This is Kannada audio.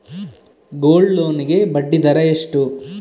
ಗೋಲ್ಡ್ ಲೋನ್ ಗೆ ಬಡ್ಡಿ ದರ ಎಷ್ಟು?